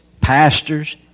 pastors